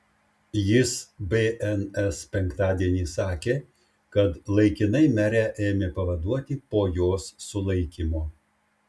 jis bns penktadienį sakė kad laikinai merę ėmė pavaduoti po jos sulaikymo